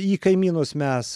į kaimynus mes